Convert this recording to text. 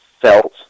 felt